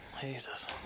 Jesus